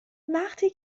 وقتی